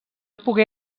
pogué